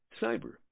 Cyber